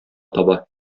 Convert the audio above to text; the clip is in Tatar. таба